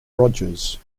rogers